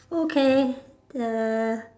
okay err